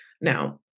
Now